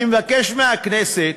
אני מבקש מהכנסת